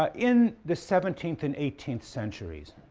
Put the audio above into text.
ah in the seventeenth and eighteenth centuries,